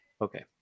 Okay